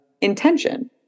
intention